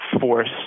force